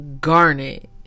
garnet